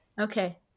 Okay